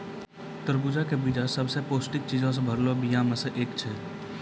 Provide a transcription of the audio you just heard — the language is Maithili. तरबूजा के बिच्चा सभ से पौष्टिक चीजो से भरलो बीया मे से एक छै